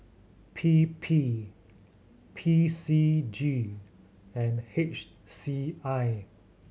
P P P C G and H C I